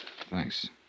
Thanks